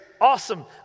Awesome